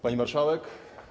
Pani Marszałek!